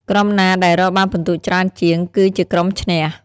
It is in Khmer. ក្រុមណាដែលរកបានពិន្ទុច្រើនជាង គឺជាក្រុមឈ្នះ ។